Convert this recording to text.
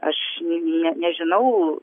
aš nežinau